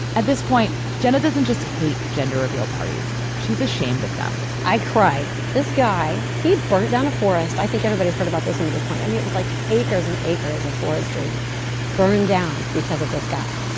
at this point jenna doesn't just hate gender reveal parties she's ashamed of them i cried this guy he burned down a forest. i think everybody's heard about this one at this point. i mean it was like acres and acres of forestry burned down because of this guy.